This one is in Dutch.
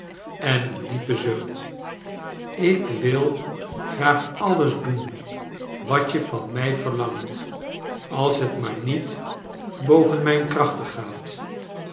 en een diepen zucht ik wil graag alles doen wat je van mij verlangt als het maar niet boven mijn krachten gaat